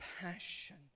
passion